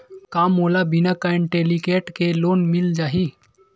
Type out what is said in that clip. का मोला बिना कौंटलीकेट के लोन मिल जाही?